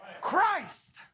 Christ